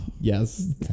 Yes